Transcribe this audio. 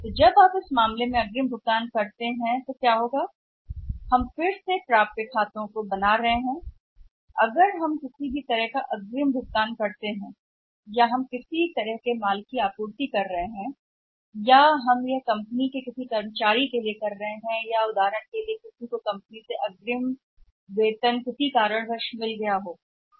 तो जब आप उस मामले में अग्रिम भुगतान करते हैं तो क्या होता है हम फिर से बना रहे हैं किसी भी प्रकार के अग्रिम भुगतान को प्राप्य खाते चाहे हम आपूर्ति सामग्री बना रहे हों क्या हम इसे कंपनी के कर्मचारियों के लिए बना रहे हैं उदाहरण के लिए किसी के कहने पर कंपनी के अग्रिम वेतन निश्चित कारण की वजह से